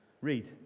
Read